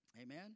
Amen